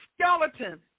skeleton